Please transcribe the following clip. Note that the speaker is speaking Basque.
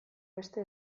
beste